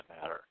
matter